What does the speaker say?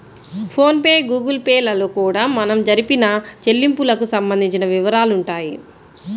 phone pay Google Pay లలో కూడా మనం జరిపిన చెల్లింపులకు సంబంధించిన వివరాలుంటాయి